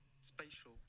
Spatial